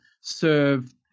serve